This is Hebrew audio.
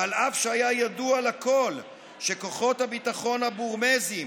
ואף על פי שהיה ידוע לכול שכוחות הביטחון הבורמזיים